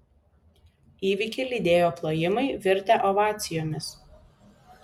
įvykį lydėjo plojimai virtę ovacijomis